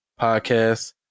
Podcast